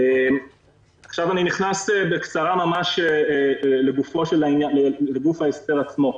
עכשיו אכנס בקצרה לגוף ההסדר עצמו.